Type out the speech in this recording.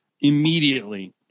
immediately